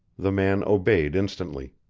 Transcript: the man obeyed instantly.